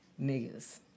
niggas